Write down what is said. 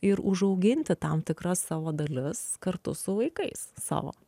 ir užauginti tam tikras savo dalis kartu su vaikais savo